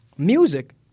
Music